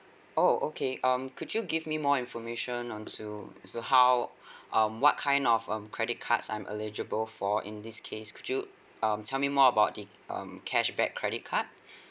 oh okay um could you give me more information on to so how um what kind of um credit cards I'm eligible for in this case could you um tell me more about the um cashback credit card